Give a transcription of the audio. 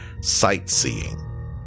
sightseeing